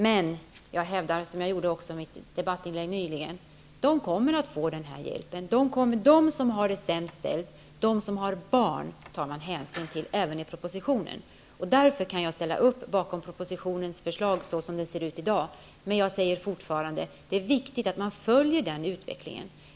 Men jag hävdar, liksom i mitt debattinlägg nyligen, att de kommer att få denna hjälp. De som har det sämst ställt och som har barn tar man hänsyn till även i propositionen. Därför kan jag ställa mig bakom förslaget i propositionen såsom det ser ut i dag. Men jag säger fortfarande att det är viktigt att man följer utvecklingen.